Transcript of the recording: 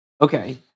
Okay